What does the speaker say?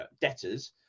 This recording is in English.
debtors